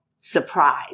surprise